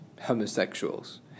homosexuals